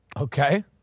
Okay